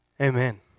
Amen